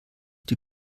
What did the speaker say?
die